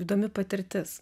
įdomi patirtis